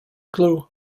glue